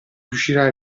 riuscirai